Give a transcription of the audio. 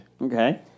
Okay